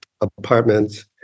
apartments